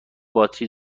باتری